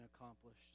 accomplished